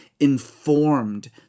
informed